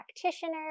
practitioner